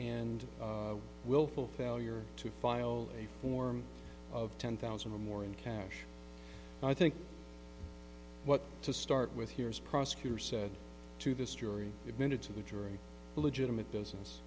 willful failure to file a form of ten thousand or more in cash i think what to start with here is prosecutor said to this jury admitted to the jury legitimate business